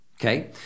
okay